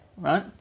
Right